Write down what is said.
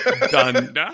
done